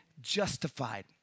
justified